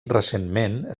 recentment